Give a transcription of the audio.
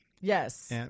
Yes